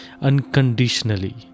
unconditionally